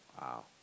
Wow